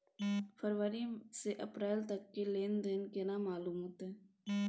फरवरी से अप्रैल तक के लेन देन केना मालूम होते?